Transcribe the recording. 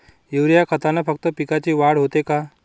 Urea खतानं फक्त पिकाची वाढच होते का?